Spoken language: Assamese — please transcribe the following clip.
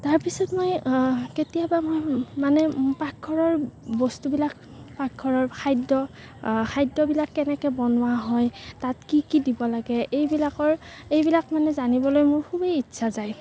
তাৰপিছত মই কেতিয়াবা মই মানে পাকঘৰৰ বস্তুবিলাক পাকঘৰৰ খাদ্য খাদ্যবিলাক কেনেকৈ বনোৱা হয় তাত কি কি দিব লাগে এইবিলাকৰ এইবিলাক মানে জানিবলৈ মোৰ খুবেই ইচ্ছা যায়